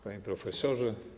Panie Profesorze!